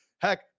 Heck